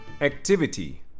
Activity